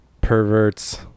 perverts